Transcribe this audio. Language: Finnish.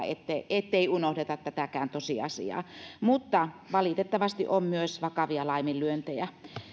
ettei unohdeta tätäkään tosiasiaa mutta valitettavasti on myös vakavia laiminlyöntejä